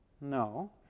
No